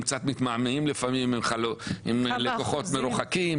הם קצת מתמהמהים לפעמים עם לקוחות מרוחקים